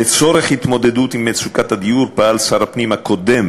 לצורך התמודדות עם מצוקת הדיור פעל שר הפנים הקודם